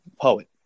poet